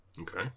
Okay